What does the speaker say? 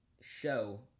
show